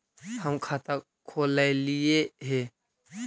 हम खाता खोलैलिये हे?